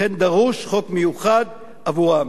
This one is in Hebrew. לכן, דרוש חוק מיוחד עבורן.